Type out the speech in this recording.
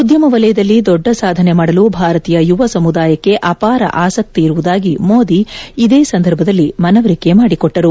ಉದ್ಯಮ ವಲಯದಲ್ಲಿ ದೊಡ್ಡ ಸಾಧನೆ ಮಾಡಲು ಭಾರತೀಯ ಯುವ ಸಮುದಾಯಕ್ಕೆ ಅಪಾರ ಆಸಕ್ತಿ ಇರುವುದಾಗಿ ಮೋದಿ ಇದೇ ಸಂದರ್ಭದಲ್ಲಿ ಮನವರಿಕೆ ಮಾಡಿಕೊಟ್ಟರು